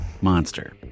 monster